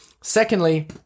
Secondly